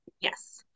Yes